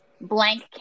blank